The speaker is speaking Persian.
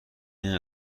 این